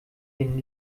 den